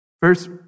first